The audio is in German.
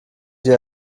sie